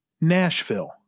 Nashville